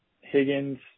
Higgins